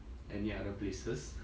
any other places